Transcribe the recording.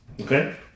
okay